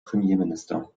premierminister